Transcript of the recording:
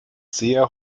sehr